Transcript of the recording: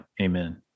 Amen